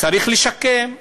צריך לשקם.